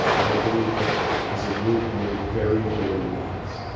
i believed that as a group were very, very wise.